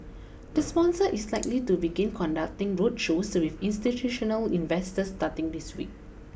the sponsor is likely to begin conducting roadshows with institutional investors starting this week